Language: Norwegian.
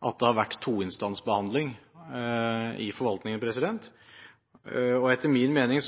at det har vært en to-instansbehandling i forvaltningen. Etter min mening